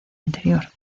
anterior